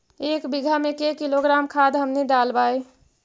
एक बीघा मे के किलोग्राम खाद हमनि डालबाय?